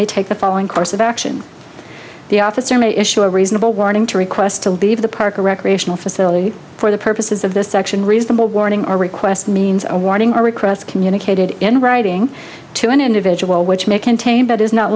may take the following course of action the officer may issue a reasonable warning to request to leave the park or recreational facility for the purposes of this section reasonable warning or request means a warning or request communicated in writing to an individual which may contain but is not